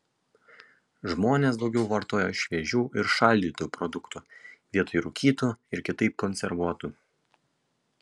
žmonės daugiau vartoja šviežių ir šaldytų produktų vietoj rūkytų ir kitaip konservuotų